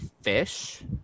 fish